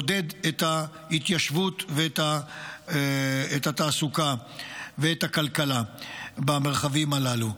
לעודד את ההתיישבות ואת התעסוקה ואת הכלכלה במרחבים הללו.